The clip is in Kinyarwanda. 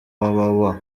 www